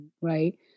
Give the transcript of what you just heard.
right